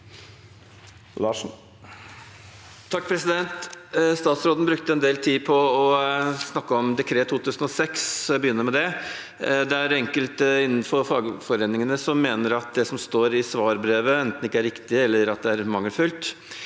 Larsen (H) Statsråden brukte en del tid på å snakke om Decree 2006, så jeg begynner med det. Det er enkelte innenfor fagforeningene som mener at det som står i svarbrevet, enten ikke er riktig, eller at det er mangelfullt.